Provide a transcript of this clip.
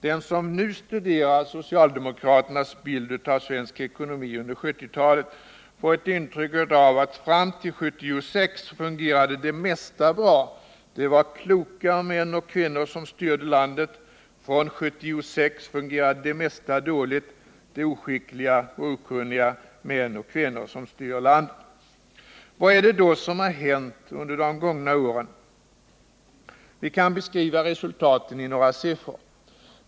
Den som nu studerar socialdemokraternas bild av svensk ekonomi under 1970-talet får ett intryck av att fram till 1976 fungerade det mesta bra. Det var kloka män och kvinnor som styrde landet. Från 1976 fungerade det mesta dåligt. Det är oskickliga och okunniga män och kvinnor som styr landet. Vad är det då som har hänt under de gångna åren? Vi kan beskriva resultaten i några siffror.